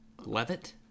Levitt